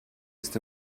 ist